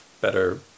better